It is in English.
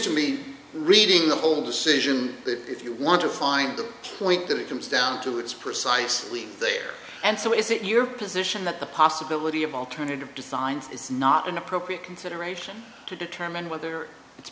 to me reading the whole decision if you want to find the point that it comes down to it's precisely there and so is it your position that the possibility of alternative designs is not an appropriate consideration to determine whether it's